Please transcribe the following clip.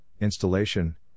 installation